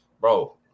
bro